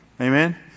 Amen